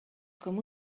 com